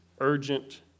urgent